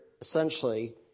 essentially